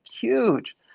huge